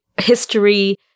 history